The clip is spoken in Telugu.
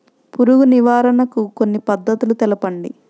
పురుగు నివారణకు కొన్ని పద్ధతులు తెలుపండి?